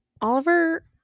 Oliver